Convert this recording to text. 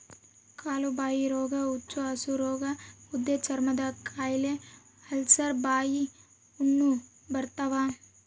ಕಾಲುಬಾಯಿರೋಗ ಹುಚ್ಚುಹಸುರೋಗ ಮುದ್ದೆಚರ್ಮದಕಾಯಿಲೆ ಅಲ್ಸರ್ ಬಾಯಿಹುಣ್ಣು ಬರ್ತಾವ